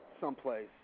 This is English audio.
someplace